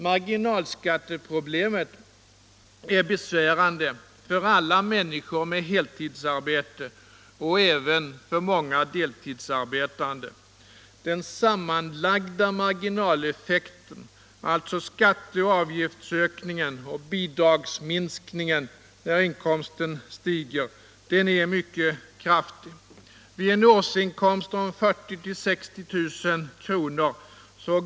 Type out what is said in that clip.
Marginalskatteproblemet är besvärande för alla människor med heltidsarbete och även för många deltidsarbetande. Den sammanlagda marginaleffekten — alltså skatte och avgiftsökningen samt bidragsminskningen vid en inkomstförbättring är mycket kraftig: vid en årsinkomst på 40 000-60 000 kr.